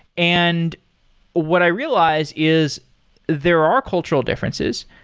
and what i realize is there are cultural differences.